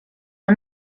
are